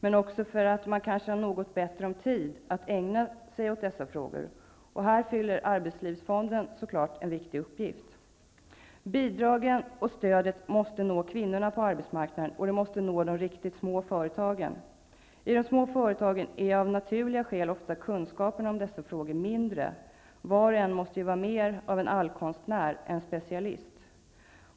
Dessutom har man kanske något bättre om tid att ägna sig åt dessa frågor. Här fyller arbetslivsfonden en viktig uppgift. Bidragen och stödet måste nå kvinnorna på arbetsmarknaden, och det måste nå de riktigt små företagen. I de små företagen är kunskaperna om dessa frågor ofta mindre av naturliga skäl. Var och en måste ju vara mer av en allkonstnär än en specialist.